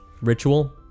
ritual